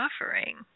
offering